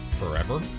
forever